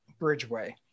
Bridgeway